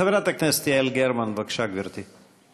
חברת הכנסת יעל גרמן, בבקשה, גברתי.